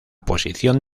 posición